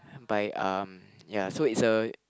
by um ya so it's a